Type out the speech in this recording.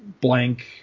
blank